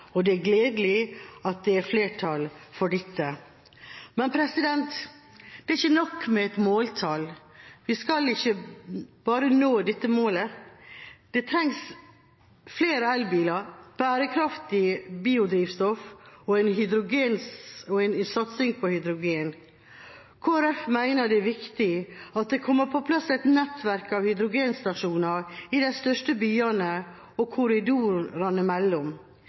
og det er gledelig at det er flertall for dette. Men det er ikke nok med et måltall, vi skal også nå dette målet. Da trengs det flere elbiler, bærekraftig biodrivstoff og en satsing på hydrogen. Kristelig Folkeparti mener det er viktig at det kommer på plass et nettverk av hydrogenstasjoner i de største byene og korridorene